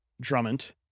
Drummond